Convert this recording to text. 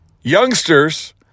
youngsters